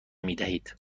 میدهید